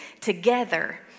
together